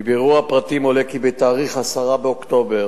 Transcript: מבירור הפרטים עולה כי בתאריך 10 באוקטובר